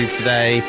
today